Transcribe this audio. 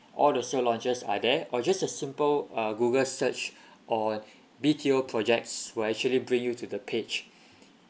all the sale launches are there or just a simple uh google search on B_T_O projects will actually bring you to the page